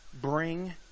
bring